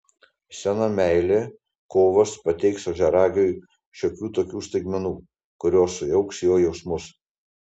sena meilė kovas pateiks ožiaragiui šiokių tokių staigmenų kurios sujauks jo jausmus